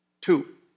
Two